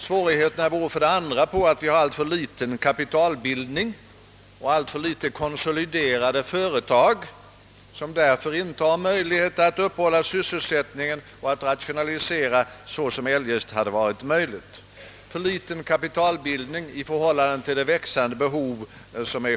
Svårigheterna har vi dare sin grund i att vi har en alltför ' liten kapitalbildnng i förhållande till det växande behovet i ett växande samhälle och alltför litet konsoliderade företag, som därför inte har möjlighet att upprätthålla sysselsättningen och att rationalisera såsom eljest vore möjligt.